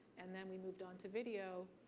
and then we moved onto video,